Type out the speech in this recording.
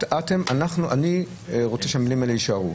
אני רוצה שהמילים האלה יישארו.